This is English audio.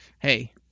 hey